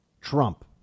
Trump